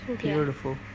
Beautiful